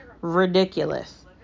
ridiculous